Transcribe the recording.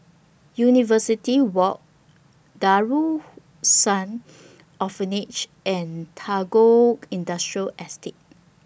University Walk Darul Ihsan Orphanage and Tagore Industrial Estate